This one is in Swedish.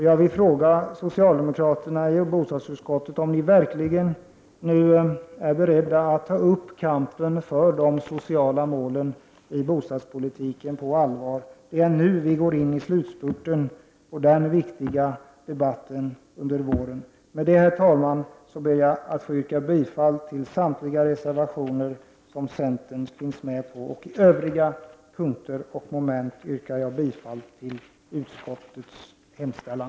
Jag vill fråga socialdemokraterna i bostadsutskottet om ni verkligen är beredda att på allvar ta upp kampen för de sociala målen i bostadspolitiken. Det är nu vi går in i slutspurten på den viktiga debatten under våren. Med detta, herr talman, yrkar jag bifall till samtliga reservationer som centerns företrädare har skrivit under och i övrigt till utskottets hemställan.